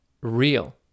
real